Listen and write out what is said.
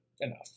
enough